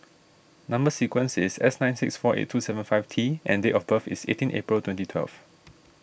Number Sequence is S nine six four eight two seven five T and date of birth is eighteen April twenty twelve